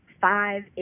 five